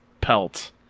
pelt